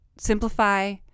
simplify